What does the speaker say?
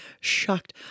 shocked